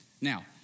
Now